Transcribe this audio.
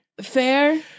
Fair